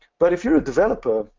but if you're a developer,